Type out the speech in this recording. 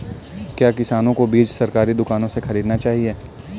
क्या किसानों को बीज सरकारी दुकानों से खरीदना चाहिए?